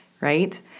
right